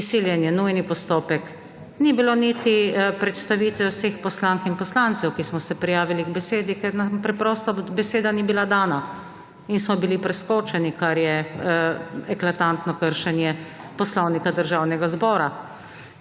Izsiljen je nujni postopek. Ni bilo niti predstavitve vseh poslank in poslancev, ki smo se prijavili k besedi, ker nam preprosto beseda ni bila dana in smo bili preskočeni, kar je eklatantno kršenje Poslovnika Državnega zbora.